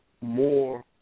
more